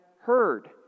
heard